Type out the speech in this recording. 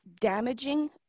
damaging